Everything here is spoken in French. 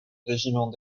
régiment